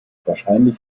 wahrscheinlich